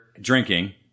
drinking